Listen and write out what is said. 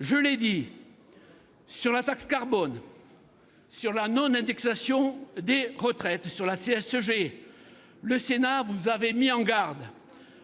Je l'ai dit : sur la taxe carbone, sur la non-indexation des retraites et sur la CSG, le Sénat vous a mis en garde.